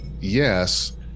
yes